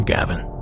Gavin